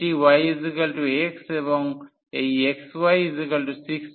এটি yx এবং এই xy16 এবং yx